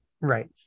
right